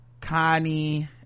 connie